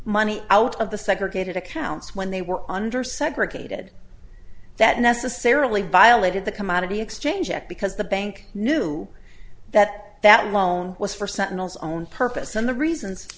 money out of the segregated accounts when they were under segregated that necessarily violated the commodity exchange act because the bank knew that that loan was for centinels own purpose and the reasons